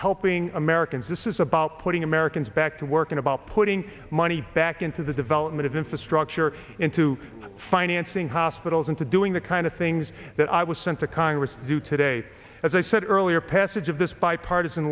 helping americans this is about putting americans back to work and about putting money back into the development of infrastructure into financing hospitals and to do it the kind of things that i was sent to congress do today as i said earlier passage of this bipartisan